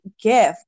gift